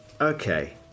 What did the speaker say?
Okay